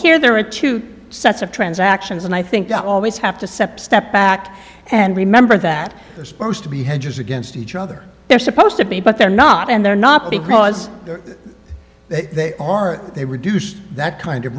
here there are two sets of transactions and i think i always have to seps step back and remember that they're supposed to be hedges against each other they're supposed to be but they're not and they're not because they are they reduce that kind of